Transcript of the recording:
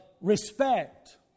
respect